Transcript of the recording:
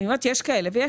יש כאלה ויש כאלה.